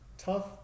Tough